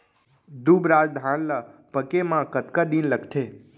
दुबराज धान ला पके मा कतका दिन लगथे?